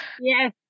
yes